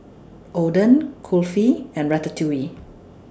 Oden Kulfi and Ratatouille